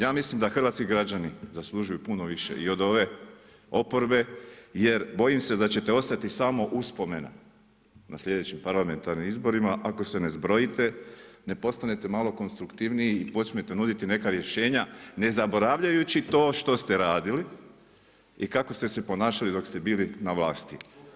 Ja mislim da hrvatski građani zaslužuju puno više i od ove oporbe jer bojim se da ćete ostati samo uspomena na sljedećim parlamentarnim izborima ako se ne zbrojite, ne postanete malo konstruktivniji i počmete nuditi neka rješenja ne zaboravljajući to što ste radili i kako ste se ponašali dok ste bili na vlasti.